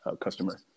customer